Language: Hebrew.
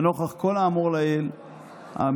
לנוכח כל האמור לעיל הממשלה,